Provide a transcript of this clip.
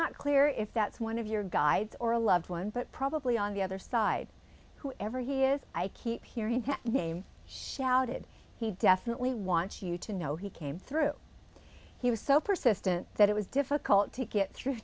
not clear if that's one of your guides or a loved one but probably on the other side whoever he is i keep hearing the name shouted he definitely wants you to know he came through he was so persistent that it was difficult to get through